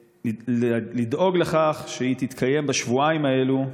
לדאוג לכך שהיא תתקיים בשבועיים האלה,